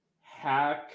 hack